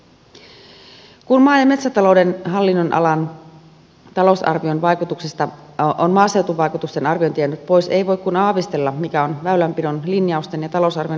kun maa ja metsätalouden hallinnonalan talousarvion vaikutuksista on maaseutuvaikutusten arviointi jäänyt pois ei voi kuin aavistella mikä on väylänpidon linjausten ja talousarvion yhteisvaikutus maaseudulle